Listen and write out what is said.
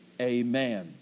Amen